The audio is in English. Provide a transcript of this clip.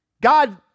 God